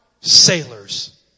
sailors